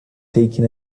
taken